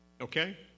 okay